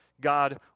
God